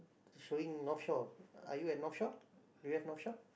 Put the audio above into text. showing Northshore are you at Northshore do you have Northshore